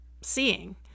Seeing